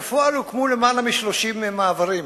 בפועל הוקמו למעלה מ-30 מעברים,